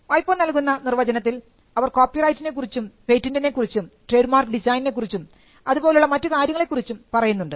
വൈപോ നൽകുന്ന നിർവചനത്തിൽ അവർ കോപ്പിറൈറ്റിനെക്കുറിച്ചും പേറ്റൻറിനെ കുറിച്ചും ട്രെഡ് മാർക്ക് ഡിസൈൻസിനെകുറിച്ചും അതുപോലുള്ള മറ്റു കാര്യങ്ങളെക്കുറിച്ചും പറയുന്നുണ്ട്